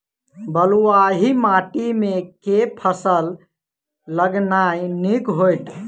बलुआही माटि मे केँ फसल लगेनाइ नीक होइत?